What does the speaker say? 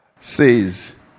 says